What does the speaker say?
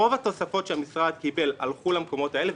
רוב התוספות שהמשרד קיבל הלכו למקומות האלה,